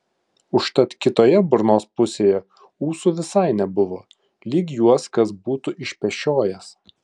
užtat kitoje burnos pusėje ūsų visai nebuvo lyg juos kas būtų išpešiojęs